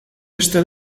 beste